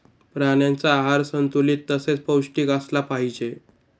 प्राण्यांचा आहार संतुलित तसेच पौष्टिक असला पाहिजे